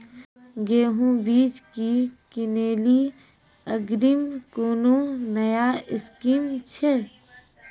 गेहूँ बीज की किनैली अग्रिम कोनो नया स्कीम छ?